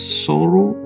sorrow